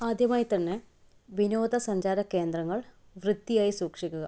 ആദ്യമായി തന്നെ വിനോദസഞ്ചാര കേന്ദ്രങ്ങൾ വൃത്തിയായി സൂക്ഷിക്കുക